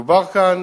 מדובר כאן